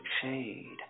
shade